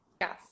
Yes